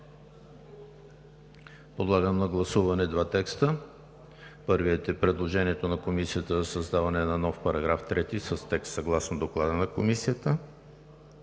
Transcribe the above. Подлагам на гласуване двата текста: първият е предложение на Комисията за създаване на нови параграфи 25, 26 и 27 с текст съгласно Доклада на Комисията,